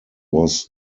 was